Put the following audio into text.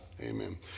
Amen